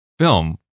film